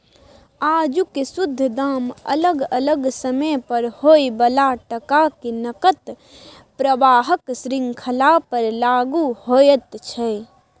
आजुक शुद्ध दाम अलग अलग समय पर होइ बला टका के नकद प्रवाहक श्रृंखला पर लागु होइत छै